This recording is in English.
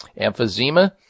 Emphysema